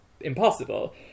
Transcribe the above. impossible